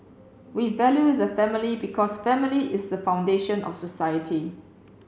we value the family because family is the foundation of society